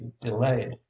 delayed